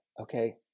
okay